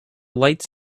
lights